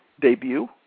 debut